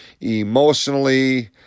emotionally